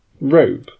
Rope